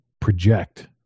project